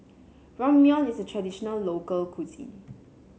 Ramyeon is a traditional local cuisine